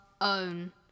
own